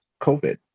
COVID